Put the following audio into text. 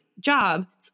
Job